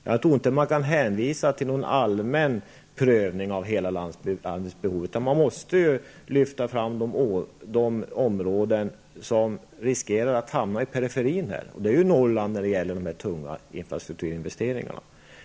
Jag tror inte att man kan hänvisa till någon allmän prövning av hela landets behov, utan man måste lyfta fram de områden som riskerar att hamna i periferin. Dit hör Norrland när det gäller de tunga infrastrukturinvesteringarna.